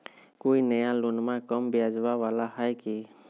कोइ नया लोनमा कम ब्याजवा वाला हय की?